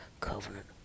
Covenant